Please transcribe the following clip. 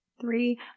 Three